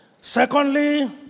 Secondly